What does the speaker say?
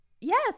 yes